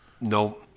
No